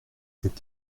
cette